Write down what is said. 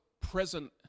present